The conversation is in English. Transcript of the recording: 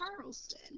charleston